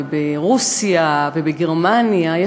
ברוסיה ובגרמניה,